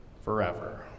forever